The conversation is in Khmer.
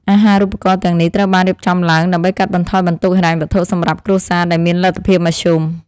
អាហារូបករណ៍ទាំងនេះត្រូវបានរៀបចំឡើងដើម្បីកាត់បន្ថយបន្ទុកហិរញ្ញវត្ថុសម្រាប់គ្រួសារដែលមានលទ្ធភាពមធ្យម។